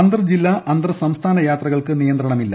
അന്തർജില്ലാ അന്തർ സംസ്ഥാന യാത്രകൾക്ക് നിയന്ത്രണമില്ല